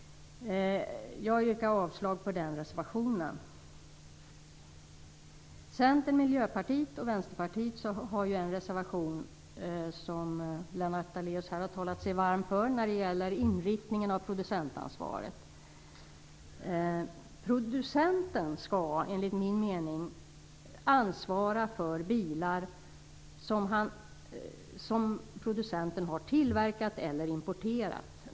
Jag yrkar härmed avslag på moderaternas reservation. Centern, Miljöpartiet och Vänsterpartiet har en reservation som handlar om inriktningen av producentansvaret och som Lennart Daléus har talat sig varm för. Producenten skall enligt min mening ansvara för bilar som producenten har tillverkat eller importerat.